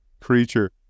creature